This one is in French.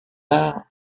art